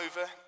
over